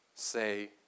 Say